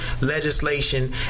legislation